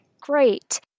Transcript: Great